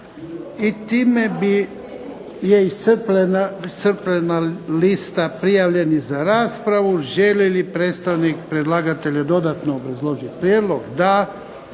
I time je iscrpljena lista prijavljenih za raspravu. Želi li predstavnik predlagatelja dodatno obrazložiti prijedlog? Da.